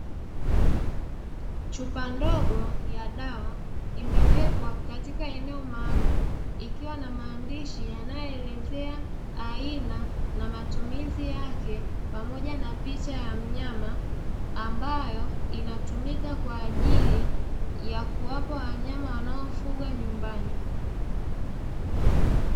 Chupa ndogo ya dawa imewekwa katika eneo maalumu, ikiwa na maandishi yanaye elezea aina na matumizi yake pamoja na picha ya mnyama ambayo inatumika kwa ajili ya kuwapa wanyama wanaofugwa nyumbani.